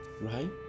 right